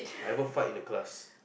ever fart in class